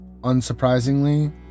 Unsurprisingly